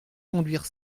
conduire